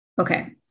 Okay